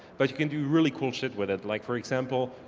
but you can do really cool shit with it. like for example,